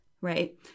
Right